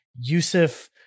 Yusuf